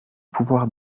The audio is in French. pouvoir